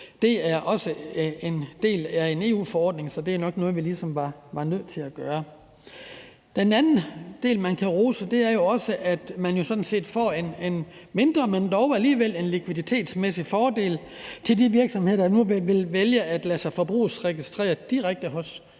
Det er også en del af en EU-forordning, så det er nok også noget, som ministeren var nødt til at gøre. Den anden del, som man kan rose, er jo også, at man sådan set får en mindre, men dog alligevel en likviditetsmæssig fordel for de virksomheder, der nu vil vælge at lade sig forbrugregistrere direkte hos